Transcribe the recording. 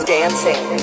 dancing